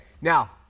now